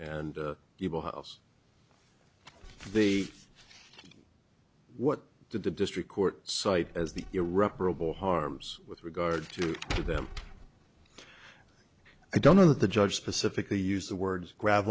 and you will house the what did the district court cite as the irreparable harm with regard to them i don't know that the judge specifically used the words grab